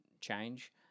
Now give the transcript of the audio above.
change